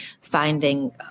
finding